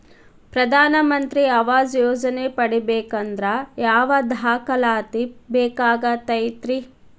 ಪ್ರಧಾನ ಮಂತ್ರಿ ಆವಾಸ್ ಯೋಜನೆ ಪಡಿಬೇಕಂದ್ರ ಯಾವ ದಾಖಲಾತಿ ಬೇಕಾಗತೈತ್ರಿ?